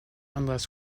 unless